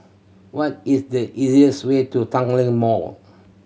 what is the easiest way to Tanglin Mall